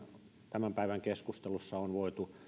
tämän päivän keskustelussa on voitu